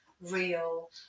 real –